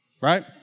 Right